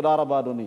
תודה רבה, אדוני.